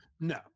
No